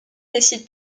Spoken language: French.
décide